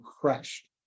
crashed